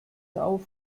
auf